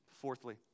Fourthly